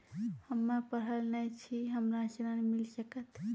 हम्मे पढ़ल न छी हमरा ऋण मिल सकत?